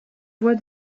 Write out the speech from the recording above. voie